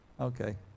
okay